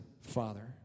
Father